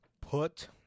Put